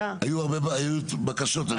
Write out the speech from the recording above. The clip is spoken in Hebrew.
היו בקשות.